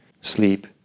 sleep